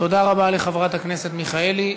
תודה רבה לחברת הכנסת מיכאלי.